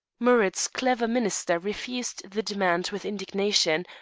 amurath's clever minister refused the demand with indignation,